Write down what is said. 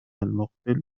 المقبل